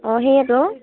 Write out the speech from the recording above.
অঁ সেয়েতো